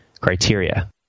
criteria